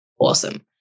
awesome